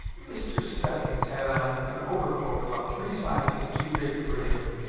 mr. stephens had on an overcoat about three sizes too big for him,